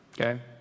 Okay